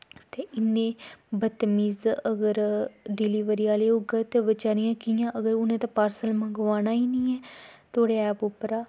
ते इन्ने बतमीज अगर डलिबरी आह्ले होङन ते बचैरियैं कि'यां अगर उ'नैं ते पार्स्ल मंगवाना गै निं ऐ थुआढ़े ऐप उप्परा